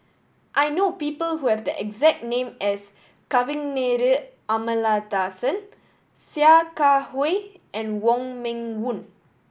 I know people who have the exact name as Kavignareru Amallathasan Sia Kah Hui and Wong Meng Voon